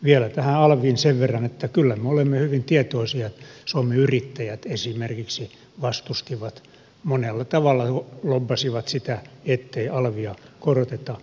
vielä tähän alviin sen verran että kyllä me olemme hyvin tietoisia siitä että esimerkiksi suomen yrittäjät sitä vastustivat monella tavalla lobbasivat sitä ettei alvia koroteta